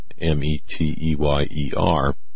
M-E-T-E-Y-E-R